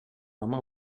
home